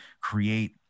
create